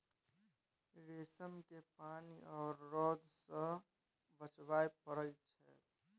रेशम केँ पानि आ रौद सँ बचाबय पड़इ छै